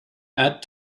add